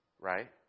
right